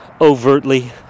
overtly